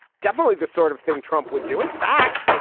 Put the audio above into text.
definitely the sort of thing trump would do. in fact,